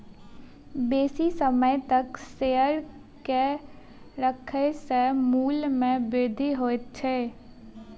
बेसी समय तक शेयर के राखै सॅ मूल्य में वृद्धि होइत अछि